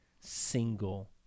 single